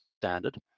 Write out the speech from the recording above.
standard